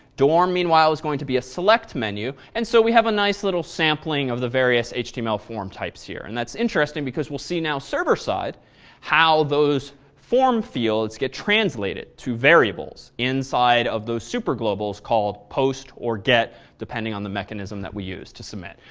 dorm meanwhile is going to be a select menu. and so we have a nice little sampling of the various html form types here. and that's interesting because we'll see now server side how those form fields get translated to variables inside of those superglobals called post or get depending on the mechanism that we used to submit.